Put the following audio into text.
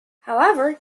however